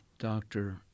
doctor